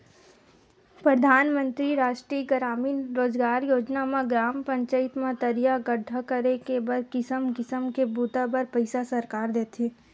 परधानमंतरी रास्टीय गरामीन रोजगार योजना म ग्राम पचईत म तरिया गड्ढ़ा करे के बर किसम किसम के बूता बर पइसा सरकार देथे